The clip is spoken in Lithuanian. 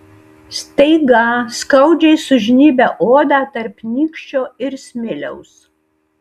staiga skaudžiai sužnybia odą tarp nykščio ir smiliaus